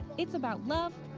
it's about love,